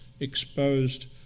exposed